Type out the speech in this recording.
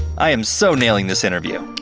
i'm so nailing this interview.